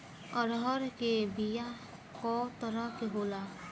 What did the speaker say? अरहर के बिया कौ तरह के होला?